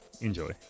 enjoy